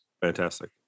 Fantastic